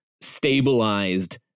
stabilized